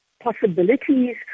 possibilities